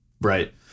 Right